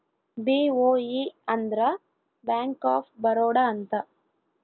BOB ಅಂದ್ರ bank of Baroda ಅಂತ